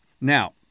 Now